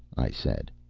i said.